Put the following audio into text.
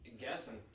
guessing